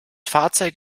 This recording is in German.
fahrzeug